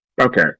Okay